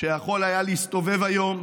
שיכול היה להסתובב היום,